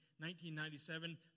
1997